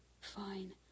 fine